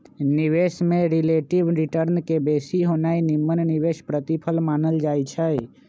निवेश में relative return के बेशी होनाइ निम्मन निवेश प्रतिफल मानल जाइ छइ